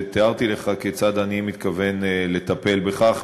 ותיארתי לך כיצד אני מתכוון לטפל בכך,